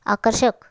आकर्षक